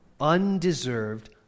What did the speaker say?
undeserved